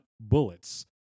bullets